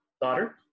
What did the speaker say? daughter